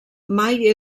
mai